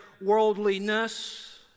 worldliness